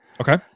Okay